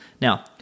Now